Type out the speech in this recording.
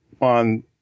on